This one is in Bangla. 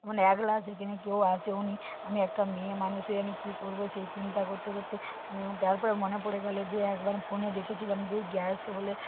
মানে একলা সেখানে কেউ আসেও নি আমি একটা মেয়েমানুষ হয়ে আমি কি করবো সেই চিন্তা করতে করতে তারপরে মনে পড়ে গেল যে একবার ফোনে দেখেছিলাম যে গ্যাস বলে